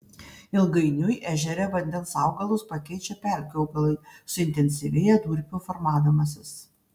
ilgainiui ežere vandens augalus pakeičia pelkių augalai suintensyvėja durpių formavimasis